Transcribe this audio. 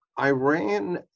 Iran